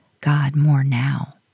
God-more-now